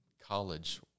college